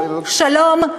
שלום,